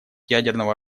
ядерного